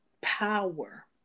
power